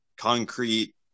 concrete